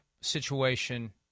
situation